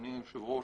אדוני היושב-ראש,